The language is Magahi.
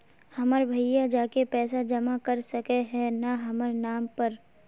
हमर भैया जाके पैसा जमा कर सके है न हमर नाम पर?